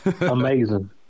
Amazing